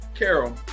Carol